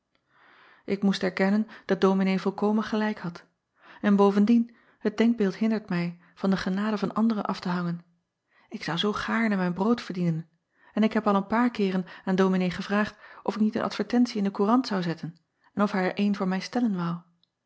k moest erkennen dat ominee volkomen gelijk had n bovendien het denkbeeld hindert mij van de genade van anderen af te hangen k zou zoo gaarne mijn brood verdienen en ik heb al een paar keeren aan ominee gevraagd of ik niet een advertentie in de courant zou zetten en of hij er eene voor mij stellen woû